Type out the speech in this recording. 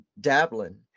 dabbling